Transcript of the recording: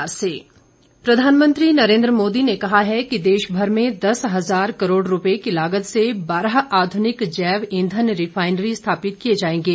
मोदी प्रधानमंत्री नरेंद्र मोदी ने कहा है कि देश भर में दस हजार करोड़ रुपये की लागत से बारह आधुनिक जैव ईंधन रिफाइनरी स्थापित किए जाएंगे